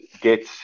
get